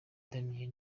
daniel